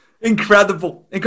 Incredible